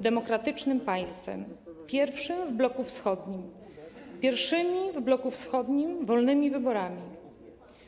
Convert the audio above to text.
demokratycznym państwem, pierwszym w bloku wschodnim, pierwszymi w bloku wschodnim wolnymi wyborami.